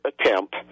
attempt